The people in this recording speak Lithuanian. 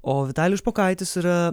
o vitalijus špokaitis yra